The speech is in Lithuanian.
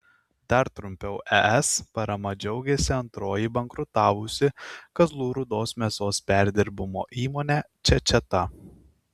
dar trumpiau es parama džiaugėsi antroji bankrutavusi kazlų rūdos mėsos perdirbimo įmonė čečeta